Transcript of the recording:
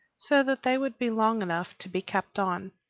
so that they would be long enough to be kept on.